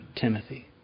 Timothy